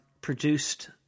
produced